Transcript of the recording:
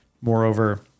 Moreover